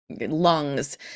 Lungs